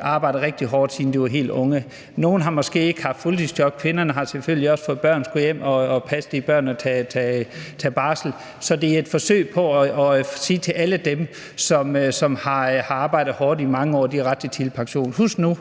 arbejdet rigtig hårdt, siden de var helt unge. Nogle har måske ikke haft fuldtidsjob; kvinderne har selvfølgelig også fået børn og har skullet være hjemme og passe de børn og har taget barsel. Så det er et forsøg på at sige til alle dem, som har arbejdet hårdt i mange år, at de har ret til tidlig pension. Husk nu,